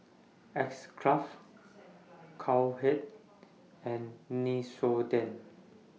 X Craft Cowhead and Nixoderm